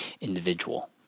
individual